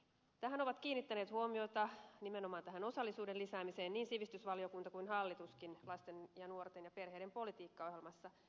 tähän ovat kiinnittäneet huomiota nimenomaan tähän osallisuuden lisäämiseen niin sivistysvaliokunta kuin hallituskin lasten ja nuorten ja perheiden politiikkaohjelmassa